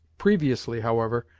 previously, however,